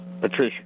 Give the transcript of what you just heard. Patricia